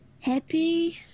happy